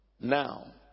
now